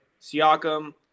siakam